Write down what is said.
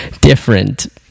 different